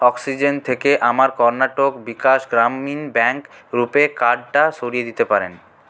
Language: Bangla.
অক্সিজেন থেকে আমার কর্ণাটক বিকাশ গ্রামীণ ব্যাঙ্ক রূপে কার্ডটা সরিয়ে দিতে পারেন